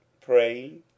praying